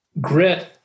grit